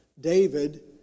David